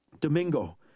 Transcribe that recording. Domingo